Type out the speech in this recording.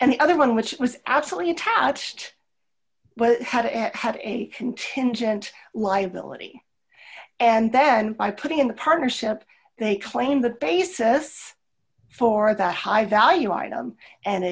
and the other one dollar which was actually attached had had a contingent liability and then by putting in the partnership they claim the basis for that high value item and